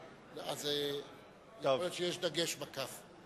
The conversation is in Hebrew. אז יכול להיות שיש דגש בכ"ף.